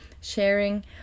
sharing